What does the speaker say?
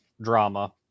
drama